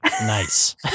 nice